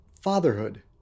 fatherhood